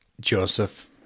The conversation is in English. Joseph